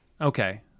Okay